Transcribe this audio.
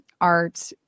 art